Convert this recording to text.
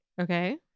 Okay